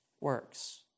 works